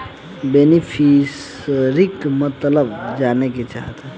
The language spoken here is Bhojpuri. बेनिफिसरीक मतलब जाने चाहीला?